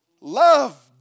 Love